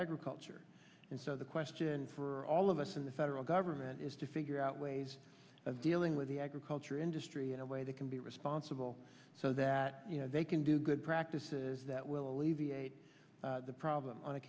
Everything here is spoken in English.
agriculture and so the question for all of us in the federal government is to figure out ways of dealing with the agriculture industry in a way that can be responsible so that they can do good practices that will alleviate the problem on a